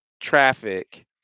traffic